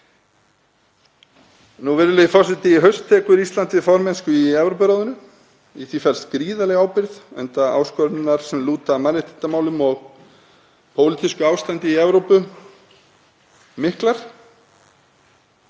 Virðulegi forseti. Í haust tekur Ísland við formennsku í Evrópuráðinu. Í því felst gríðarleg ábyrgð enda áskoranirnar sem lúta að mannréttindamálum og pólitísku ástandi í Evrópu miklar.